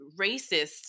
racists